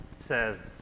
says